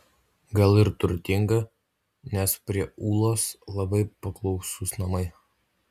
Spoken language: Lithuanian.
gal ir turtinga nes prie ūlos labai paklausūs namai